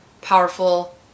powerful